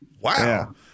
Wow